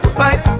fight